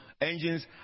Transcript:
engines